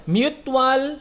mutual